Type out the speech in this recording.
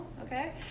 Okay